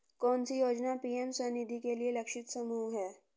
कौन सी योजना पी.एम स्वानिधि के लिए लक्षित समूह है?